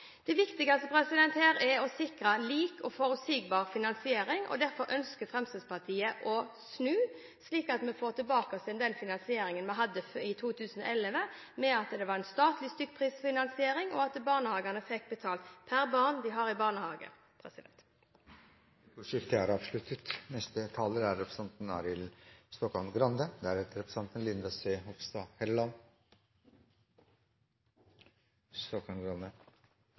Det viktigste her er å sikre lik og forutsigbar finansiering. Derfor ønsker Fremskrittspartiet å snu slik at vi får tilbake den finansieringsordningen vi hadde i 2011 – da det var en statlig stykkprisfinansiering, og barnehagene fikk betalt per barn de hadde i barnehagen. Replikkordskiftet er avsluttet.